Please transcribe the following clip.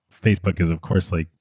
facebook is of course like,